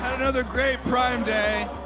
another great prime day.